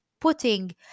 putting